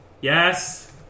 Yes